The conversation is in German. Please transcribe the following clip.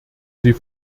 sie